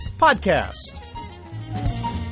Podcast